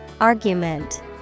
Argument